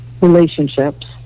relationships